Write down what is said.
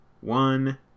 one